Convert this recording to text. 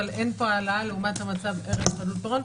אבל אין פה העלאה לעומת המצב ערב חדלות פירעון.